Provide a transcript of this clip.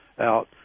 out